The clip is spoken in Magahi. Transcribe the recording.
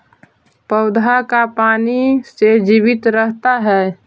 पौधा का पाने से जीवित रहता है?